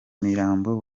mirambo